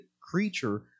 creature